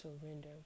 surrender